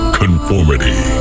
conformity